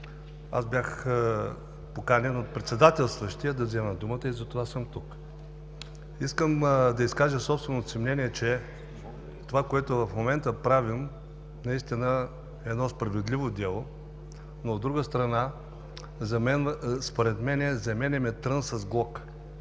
Аз бях поканен от председателстващия да взема думата и затова съм тук. (Реплики.) Искам да изкажа собственото си мнение, че това, което в момента правим, наистина е едно справедливо дело, но, от друга страна, според мен заменяме „трън“ с